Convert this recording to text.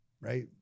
right